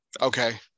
okay